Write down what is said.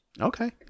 Okay